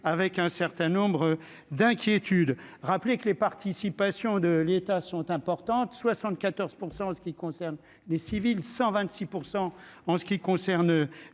avec un certain nombre d'inquiétudes, rappeler que les participations de l'État sont importantes, 74 % en ce qui concerne les civils 126 % en ce qui concerne